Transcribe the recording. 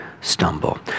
stumble